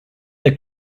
the